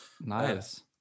nice